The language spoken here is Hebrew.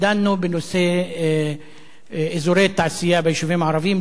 דנו בנושא אזורי תעשייה ביישובים הערביים,